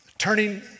Turning